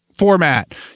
format